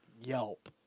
yelp